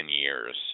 years